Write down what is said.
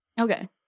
Okay